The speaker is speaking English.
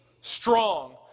strong